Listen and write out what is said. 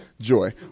Joy